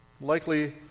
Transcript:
likely